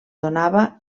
donava